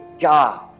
God